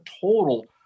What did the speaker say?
total